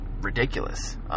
ridiculous